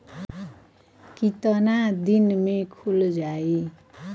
कितना दिन में खुल जाई?